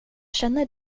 känner